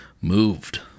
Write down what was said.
moved